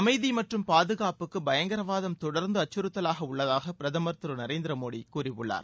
அமைதி மற்றும் பாதுகாப்புக்கு பயங்கரவாதம் தொடர்ந்து அச்சுறுத்தலாக உள்ளதாக பிரதமர் திரு நரேந்திர மோடி கூறியுள்ளார்